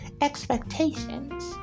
expectations